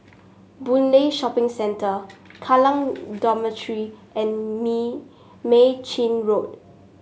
Boon Lay Shopping Centre Kallang Dormitory and Me Mei Chin Road